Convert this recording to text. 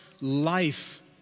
life